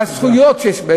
והזכויות שיש,